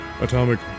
atomic